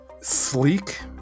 Sleek